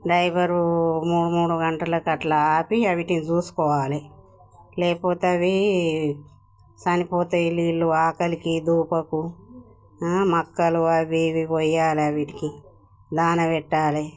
driver మూడు మూడు గంటలకి అలా ఆపి వాటిని చూసుకోవాలి లేకపోతే అవి చనిపోతే నీళ్లు ఆకలికి దూకకు మక్కలు అవి ఇవి పొయ్యాలి వీటికి దాన పెట్టాలి